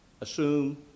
assume